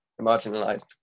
marginalized